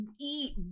eat